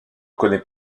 connaît